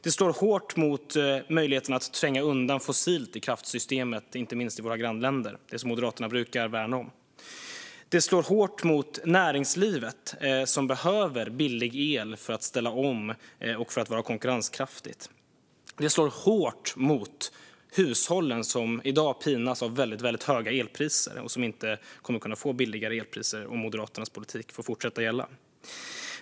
Det slår hårt mot möjligheten att tränga undan fossilt i kraftsystemet, som Moderaterna brukar värna, inte minst i våra grannländer. Det slår hårt mot näringslivet, som behöver billig el för att ställa om och för att vara konkurrenskraftigt. Det slår hårt mot hushållen, som i dag pinas av väldigt höga elpriser och som inte kommer att kunna få lägre elpriser om Moderaternas politik får fortsätta gälla.